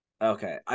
Okay